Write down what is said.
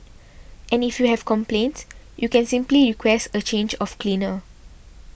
and if you have complaints you can simply request a change of cleaner